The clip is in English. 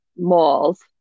malls